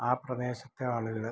ആ പ്രദേശത്തെ ആളുകൾ